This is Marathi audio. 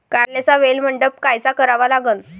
कारल्याचा वेल मंडप कायचा करावा लागन?